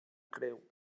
creu